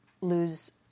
lose